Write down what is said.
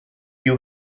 you